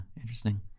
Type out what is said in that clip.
interesting